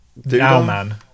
Owlman